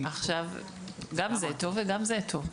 גם זה טוב וגם זה טוב.